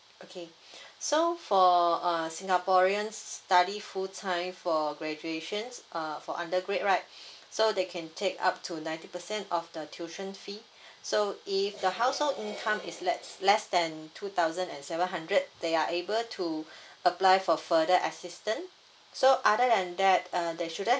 okay so for uh singaporean study full time for graduations uh for undergrad right so they can take up to ninety percent of the tuition fee so if the household income is lets less than two thousand and seven hundred they are able to apply for further assistance so other than that uh there shouldn't